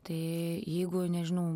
tai jeigu nežinau